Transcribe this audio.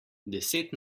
deset